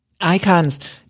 Icons